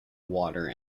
water